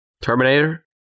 Terminator